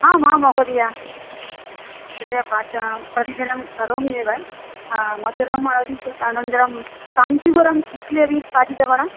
आमां महोदय अत्रैव पचामि प्रतिदिनं करोमि एव हा मधुरम् अधिकम् अनन्तरं काञ्जीवरम् इट्लि अपि खादितं वा